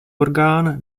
orgán